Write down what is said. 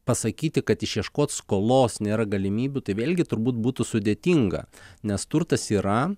pasakyti kad išieškot skolos nėra galimybių tai vėlgi turbūt būtų sudėtinga nes turtas yra